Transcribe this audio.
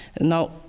now